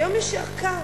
היום יש ערכה.